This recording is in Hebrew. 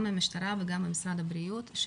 גם מהמשטרה וגם ממשרד הבריאות,